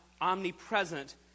omnipresent